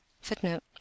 footnote